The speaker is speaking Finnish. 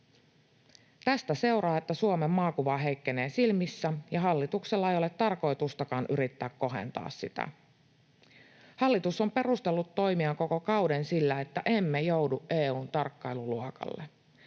Tästä seuraa, että Suomen maakuva heikkenee silmissä, ja hallituksella ei ole tarkoitustakaan yrittää kohentaa sitä. Hallitus on perustellut toimiaan koko kauden sillä, että emme joudu EU:n tarkkailuluokalle.